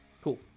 Cool